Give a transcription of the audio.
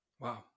Wow